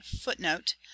footnote